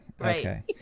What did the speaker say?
Okay